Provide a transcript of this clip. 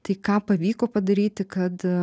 tai ką pavyko padaryti kad